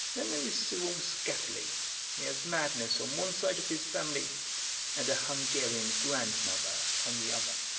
then there is cyril skatterly he has madness on one side of his family and a hungarian grandmother on the other.